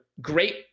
great